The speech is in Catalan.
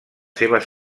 seves